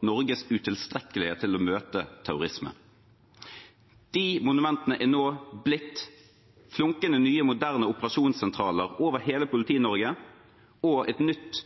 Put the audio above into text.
Norges utilstrekkelighet til å møte terrorisme. De monumentene er nå blitt flunkende nye, moderne operasjonssentraler over hele Politi-Norge og et nytt,